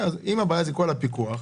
אם הבעיה היא הפיקוח,